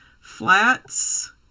flats